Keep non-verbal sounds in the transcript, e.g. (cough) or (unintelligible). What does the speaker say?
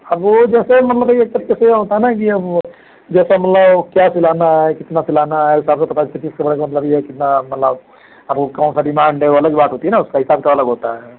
अब वह जैसे बताइए (unintelligible) होता है न की वह जैसे मतलब क्या सिलाना है कितना सिलाना है उस हिसाब से पता (unintelligible) किस तरह का मतलब यह कितना मतलब आपको कौन सा डिमांड है वह अलग बात होती है न उसका हिसाब क अलग होता है